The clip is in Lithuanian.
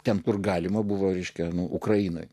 ten kur galima buvo ryški anų ukrainai